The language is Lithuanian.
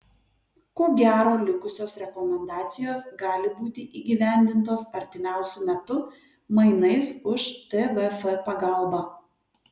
ko gero likusios rekomendacijos gali būti įgyvendintos artimiausiu metu mainais už tvf pagalbą